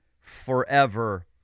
forever